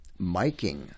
miking